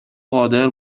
قادر